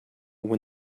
win